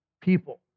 people